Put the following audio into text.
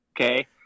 okay